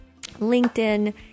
LinkedIn